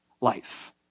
life